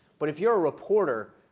but if you're a reporter,